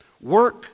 work